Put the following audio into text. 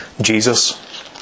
Jesus